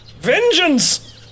Vengeance